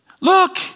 Look